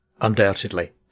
Undoubtedly